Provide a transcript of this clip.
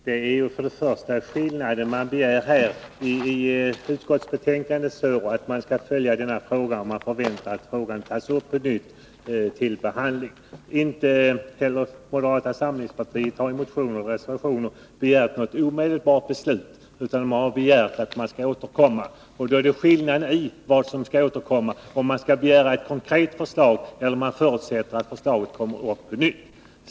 Herr talman! Det finns en skillnad här. I utskottsbetänkandet står att man skall följa denna fråga och förväntar att den tas upp till behandling på nytt. Inte heller moderata samlingspartiet har i motioner eller reservationer begärt något omedelbart beslut, utan man har begärt att frågan skall återkomma. Det är skillnad i fråga om vad som skall återkomma, om man begär ett konkret förslag eller om man förutsätter att förslaget skall komma upp på nytt.